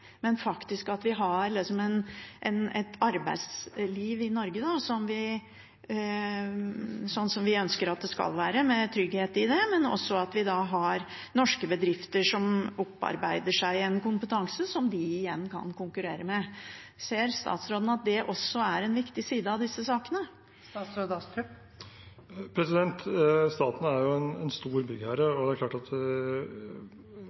men at vi faktisk har et arbeidsliv i Norge slik vi ønsker at det skal være, med trygghet i det, men også at vi har norske bedrifter som opparbeider seg en kompetanse som de igjen kan konkurrere med. Ser statsråden at det også er en viktig side av disse sakene? Staten er en stor byggherre, og det er